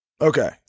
Okay